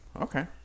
Okay